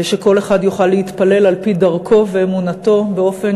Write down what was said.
שכל אחד יוכל להתפלל על-פי דרכו ואמונתו באופן